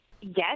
Yes